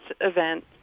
event